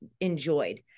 enjoyed